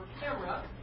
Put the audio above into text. camera